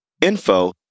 info